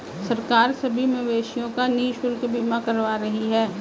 सरकार सभी मवेशियों का निशुल्क बीमा करवा रही है